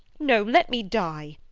no, let me die,